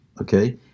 okay